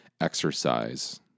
exercise